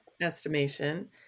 estimation